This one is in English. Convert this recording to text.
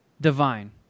divine